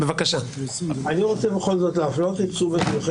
אני חושב שהדיון עצמו,